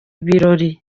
birori